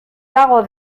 dago